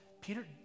Peter